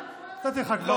אני קורא אותך לסדר פעם שנייה.